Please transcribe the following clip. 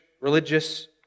religious